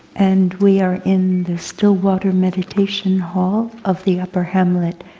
and we are in the still water meditation hall of the upper hamlet,